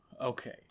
Okay